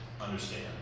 understand